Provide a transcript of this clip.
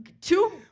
two